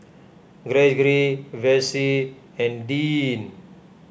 Gregory Vessie and Deeann